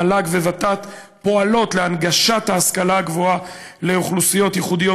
מל"ג וות"ת פועלות להנגשת ההשכלה הגבוהה לאוכלוסיות ייחודיות,